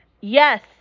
yes